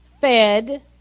fed